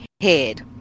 head